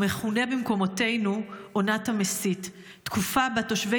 המכונה במקומותינו "עונת המסית" תקופה שבה תושבי